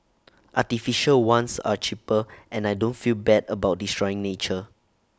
artificial ones are cheaper and I don't feel bad about destroying nature